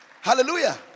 Hallelujah